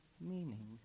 meaning